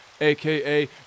aka